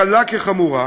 קלה כחמורה,